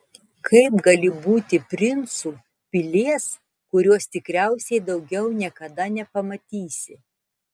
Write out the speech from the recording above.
kaip gali būti princu pilies kurios tikriausiai daugiau niekada nepamatysi